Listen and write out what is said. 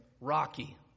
Rocky